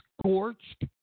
scorched